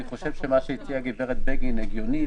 אני חושב שמה שהציעה הגברת בגין הגיוני.